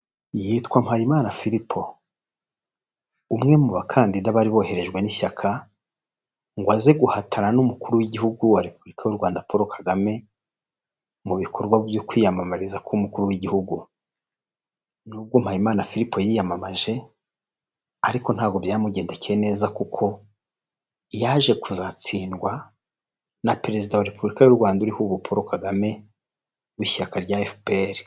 Yitwa Mpayimana Philipo, umwe mu bakandida bari boherejwe n'ishyaka ngo aze guhatana n'umukuru w'igihugu wa repubulika y'u Rwanda Paul KAGAME mu bikorwa byo kwiyamamariza kuba umukuru w'igihugu. N'ubwo MPAYIMANA Philipo yiyamamaje ariko ntabwo byamugendekeye neza kuko yaje kuzatsindwa na perezida wa repubulika y'u Rwanda uriho, Paul KAGAME w'ishyaka rya FPR.